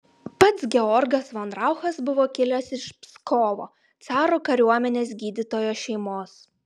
pats georgas von rauchas buvo kilęs iš pskovo caro kariuomenės gydytojo šeimos